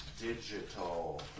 digital